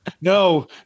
No